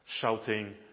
shouting